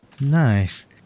nice